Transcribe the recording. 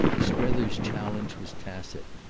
strether's challenge was tacit,